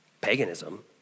Paganism